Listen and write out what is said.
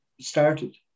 started